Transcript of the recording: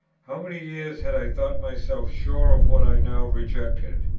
how many years had i thought myself sure of what i now rejected?